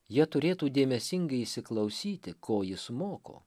jie turėtų dėmesingai įsiklausyti ko jis moko